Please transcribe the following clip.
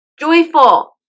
joyful